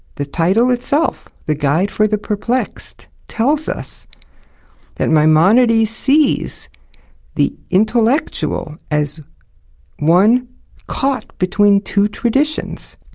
the title itself, the guide for the perplexed, tells us that maimonides sees the intellectual as one caught between two traditions,